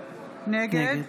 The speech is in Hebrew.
נגד